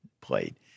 played